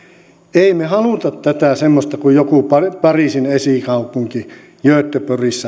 emme me me halua semmoista kuin joku pariisin esikaupunki göteborg